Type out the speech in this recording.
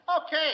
Okay